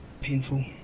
Painful